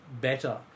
better